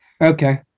Okay